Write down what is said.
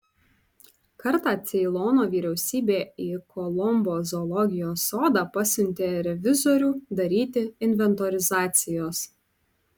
kartą ceilono vyriausybė į kolombo zoologijos sodą pasiuntė revizorių daryti inventorizacijos